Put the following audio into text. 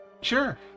Sure